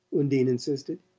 undine insisted.